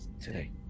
today